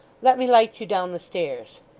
let me light you down the stairs